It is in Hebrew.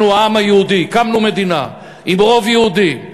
אנחנו, העם היהודי, הקמנו מדינה עם רוב יהודי.